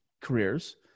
careers